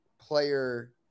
player